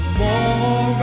more